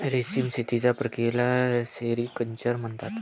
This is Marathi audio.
रेशीम शेतीच्या प्रक्रियेला सेरिक्चर म्हणतात